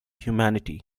humanity